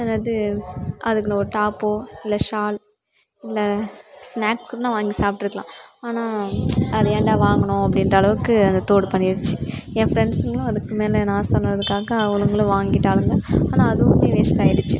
என்னது அதுக்கு நான் ஒரு டாப்போ இல்லை ஷால் இல்லை ஸ்நாக்ஸ் கூட நான் வாங்கி சாப்பிட்ருக்கலாம் ஆனால் அது ஏனடா வாங்குனோம் அப்படின்ற அளவுக்கு அந்த தோடு பண்ணிருச்சு என் ஃப்ரெண்ட்ஸுங்களும் அதுக்கு மேலே நான் சொன்னதுக்காக அவர்களும் வாங்கிவிட்டாளுங்க ஆனால் அதுவும் வேஸ்ட்டாகிடுச்சி